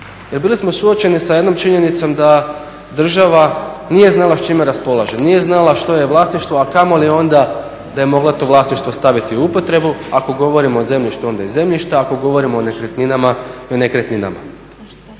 Jer bili smo suočeni sa jednom činjenicom da država nije znala s čime raspolaže, nije znala što je vlasništvo, a kamoli onda da je mogla to vlasništvo staviti u upotrebu. Ako govorim o zemljištu onda i zemljišta, ako govorimo o nekretninama i o nekretninama.